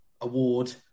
award